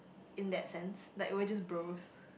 in that sense like we're just bros